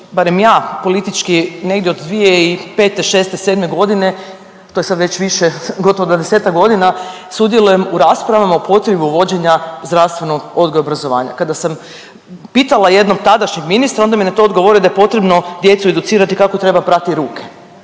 barem ja politički negdje od 2005., šeste, sedme godine to je sad već više gotovo dvadesetak godina sudjelujem u raspravama o potrebi uvođenja zdravstvenog odgoja i obrazovanja. Kada sam pitala jednom tadašnjeg ministra onda mi je na to odgovorio da je potrebno djecu educirati kako treba prati ruke.